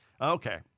Okay